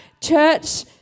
church